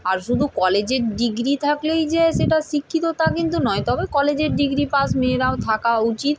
আর শুধু কলেজের ডিগ্রি থাকলেই যে সেটা শিক্ষিত তা কিন্তু নয় তবে কলেজের ডিগ্রি পাশ মেয়েরাও থাকা উচিত